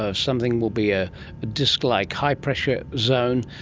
ah something will be a disc-like high-pressure zone,